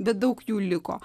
bet daug jų liko